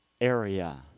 area